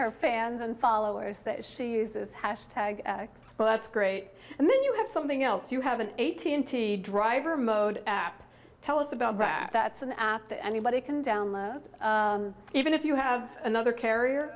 her fans and followers that she uses hash tag well that's great and then you have something else you have an eighteen t driver mode app tell us about that that's an app that anybody can download even if you have another carrier